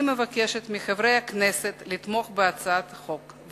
אני מבקשת מחברי הכנסת לתמוך בהצעת החוק,